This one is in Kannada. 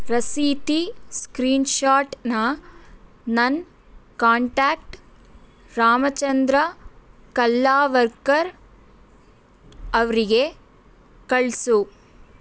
ರಸೀತಿ ಸ್ಕ್ರೀನ್ಶಾಟ್ನ ನನ್ನ ಕಾಂಟ್ಯಾಕ್ಟ್ ರಾಮಚಂದ್ರ ಕಲ್ಲಾವರ್ಕರ್ ಅವರಿಗೆ ಕಳಿಸು